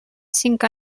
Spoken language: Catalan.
cinc